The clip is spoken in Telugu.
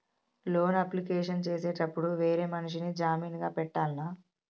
లోన్ అప్లికేషన్ చేసేటప్పుడు వేరే మనిషిని జామీన్ గా పెట్టాల్నా?